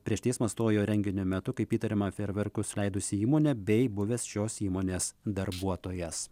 prieš teismą stojo renginio metu kaip įtariama fejerverkus leidusi įmonė bei buvęs šios įmonės darbuotojas